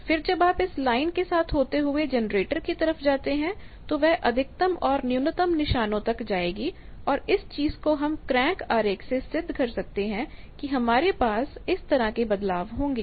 फिर जब आप इस लाइन के साथ होते हुए जनरेटर की तरफ जाते हैं तो वह अधिकतम और न्यूनतम निशानों तक जाएगी और इस चीज को हम क्रैंक आरेख से सिद्ध कर सकते हैं कि हमारे पास इस तरह के बदलाव होंगे